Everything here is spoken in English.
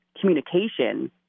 communication